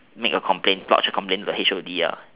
make a complain lodge a complaint to the H_O_D